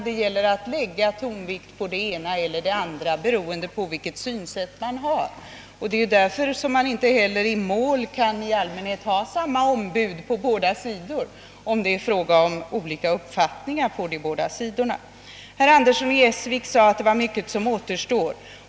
Man skall lägga tonvikt på det ena eller det andra, beroende på vilket synsätt man har. Det är därför som man i allmänhet inte heller vid behandling av mål kan ha samma ombud på båda sidor, när uppfattningarna är olika på de båda sidorna. Herr Andersson i Essvik sade att mycket återstår.